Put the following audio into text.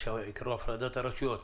יש עיקרון הפרדת הרשויות,